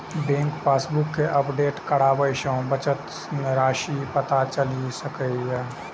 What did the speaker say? bank passbook कें update कराबय सं बचत राशिक पता चलि सकैए